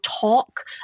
talk